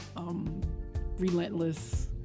relentless